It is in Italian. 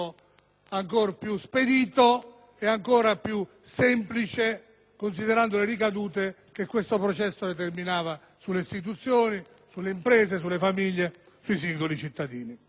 ancor più spedito e più semplice, considerando le ricadute che questo processo avrebbe determinato sulle istituzioni, sulle imprese, sulle famiglie, sui singoli cittadini.